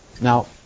Now